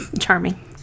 Charming